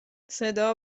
صدا